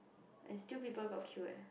and still people got queue leh